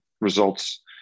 results